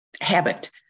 habit